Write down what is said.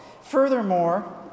Furthermore